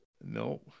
No